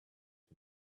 you